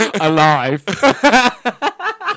Alive